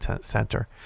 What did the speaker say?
Center